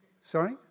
Sorry